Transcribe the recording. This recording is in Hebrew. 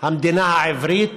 המדינה העברית.